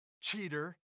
Cheater